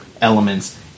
elements